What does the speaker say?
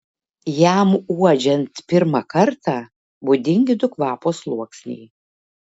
jam uodžiant pirmą kartą būdingi du kvapo sluoksniai